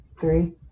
Three